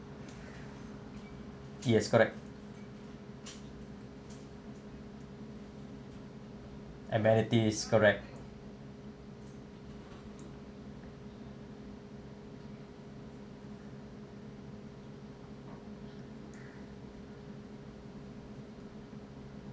yes correct amerity is correct